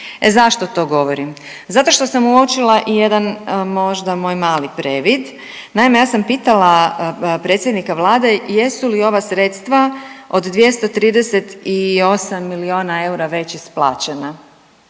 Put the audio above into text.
zašto to govorim? Zato što sam uočila i jedan možda moj mali previd. Naime, ja sam pitala predsjednika Vlade jesu li ova sredstva od 238 milijuna eura već isplaćena.